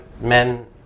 men